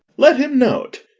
let him know't.